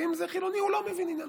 ואם זה חילוני הוא לא מבין עניין.